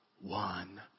one